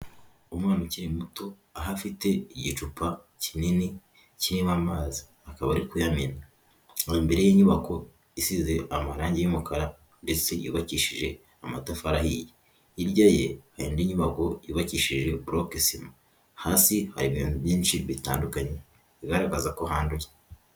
Umwana ukiri muto ahafite igicupa kinini kinywa amazi akaba ari kuyamena na mbere y'inyubako isize amarangi y'umukara ndetse yubakishije amatafari hirya ye indi nyubako yubakishije buroke sima hasi hari ibintu byinshi bitandukanye igaragaza ko ruhande.